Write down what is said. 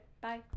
bye